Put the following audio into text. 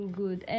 good